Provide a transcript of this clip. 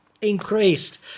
increased